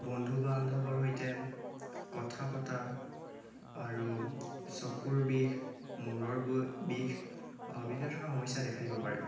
বন্ধু বান্ধৱৰ সৈতে কথা পতা আৰু চকুৰ বিষ মূৰৰ বৈ বিষ বিভিন্ন ধৰণৰ সমস্যাই দেখা দিব পাৰে